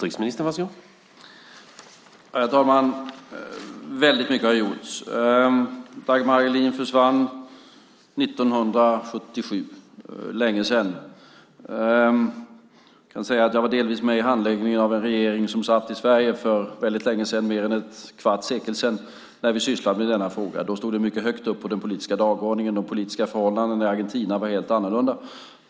Herr talman! Väldigt mycket har gjorts. Dagmar Hagelin försvann 1977. Det är länge sedan. Jag kan säga att jag delvis var med i handläggningen av en regering som satt i Sverige för väldigt länge sedan, mer än en kvarts sekel sedan, när vi sysslade med denna fråga. Då stod den mycket högt upp på den politiska dagordningen, och de politiska förhållandena i Argentina var helt annorlunda.